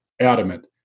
adamant